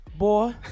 Boy